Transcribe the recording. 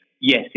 Yes